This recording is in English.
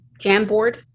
Jamboard